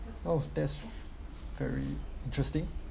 oh that's very interesting